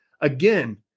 again